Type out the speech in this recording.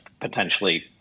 potentially